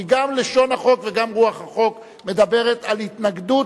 כי גם לשון החוק וגם רוח החוק מדברות על התנגדות,